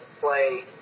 play